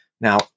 Now